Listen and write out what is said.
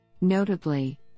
Notably